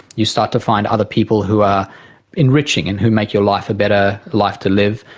you start to find other people who are enriching and who make your life a better life to live,